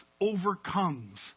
overcomes